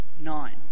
Nine